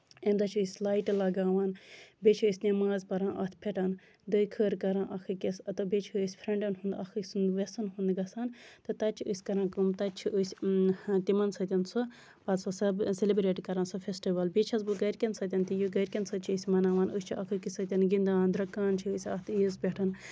اَمہِ دۄہ چھِ أسۍ لایٹہٕ لَگاوان بیٚیہِ چھِ أسۍ نیماز پَران اَتھ پٮ۪ٹھ دوٚیہِ خٲر کران اکھ أکِس تہٕ بیٚیہِ چھِ أسۍ فرینڈَن ہُند اَکھ أکۍ سُنٛد ویسَن ہُند گسان تہٕ تَتہِ چھِ أسۍ کران کٲم تَتہِ چھِ أسۍ تِمن سۭتۍ سُہ پَتہٕ سُہ سٮ۪لِبرٮ۪ٹ کران سُہ فٮ۪سٹِول بیٚیہِ چھَس بہٕ گرِکٮ۪ن سۭتۍ تہِ یہِ گرِکٮ۪ن سۭتۍ چھِ أسۍ یہِ مَناوان أسۍ چھِ اکھ أکِس سۭتۍ گِندان دروٚکان چھِ أسۍ اَتھ عیٖز پٮ۪ٹھ